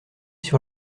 sur